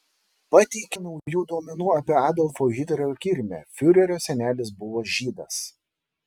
pateikė naujų duomenų apie adolfo hitlerio kilmę fiurerio senelis buvo žydas